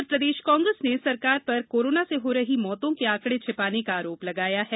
उधरप्रदेश कांग्रेस ने सरकार पर कोरोना से हो रही मौतों के आंकड़े छिपाने का आरोप लगाया है